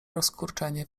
rozkurczenie